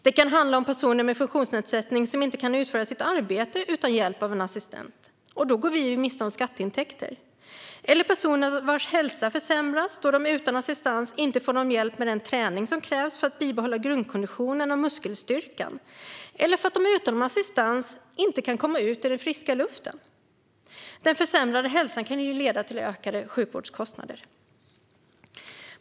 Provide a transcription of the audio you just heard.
Det kan handla om personer med funktionsnedsättning som inte kan utföra sitt arbete utan hjälp av en assistent, och då går vi miste om skatteintäkter, eller om personer vars hälsa försämras då de utan assistans inte får hjälp med den träning som krävs för att bibehålla grundkonditionen och muskelstyrkan eller för att de utan assistans inte kan komma ut i friska luften. Den försämrade hälsan kan leda till ökade sjukvårdskostnader.